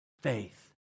faith